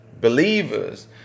believers